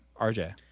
RJ